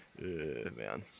Man